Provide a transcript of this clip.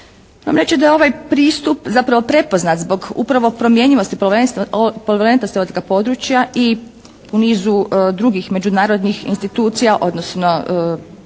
Moram reći da je ovaj pristup zapravo prepoznat zbog upravo promjenjivosti …/Govornica se ne razumije./… područja i u nizu drugih međunarodnih institucija, odnosno